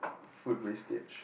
food wastage